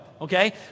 Okay